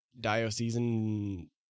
diocesan